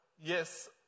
Yes